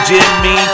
Jimmy